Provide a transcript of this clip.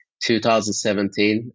2017